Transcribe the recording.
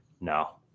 No